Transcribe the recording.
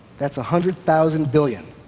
that's a hundred thousand billion.